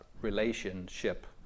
relationship